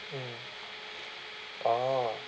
mm orh